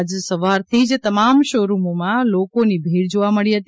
આજે સવારથી જ તમામ શો રૂમોમાં લોકોની ભીડ જોવા મળી હતી